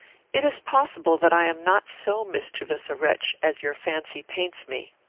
it is possible that i am not so mischievous a wretch as your fancy paints me.